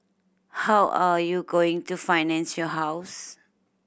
how are you going to finance your house